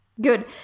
Good